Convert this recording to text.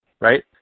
right